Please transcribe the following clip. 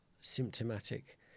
symptomatic